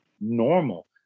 normal